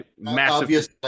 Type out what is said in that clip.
massive